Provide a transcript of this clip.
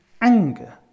anger